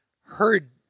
heard